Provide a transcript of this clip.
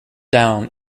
down